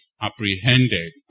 apprehended